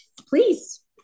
please